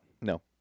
No